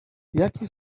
jaki